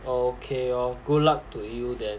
oh okay lor good luck to you then